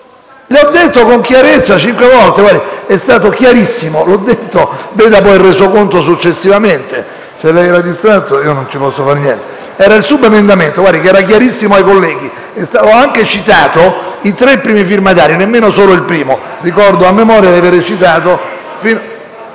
L'ho detto con chiarezza cinque volte. È stato chiarissimo. Legga il Resoconto successivamente. Se era distratto, non ci posso fare niente. Era il subemendamento ed era chiarissimo ai colleghi. Ho anche citato i tre primi firmatari, nemmeno solo il primo. Lo ricordo a memoria.